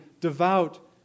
devout